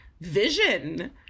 vision